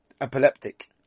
Epileptic